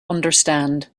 understand